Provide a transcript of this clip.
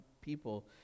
people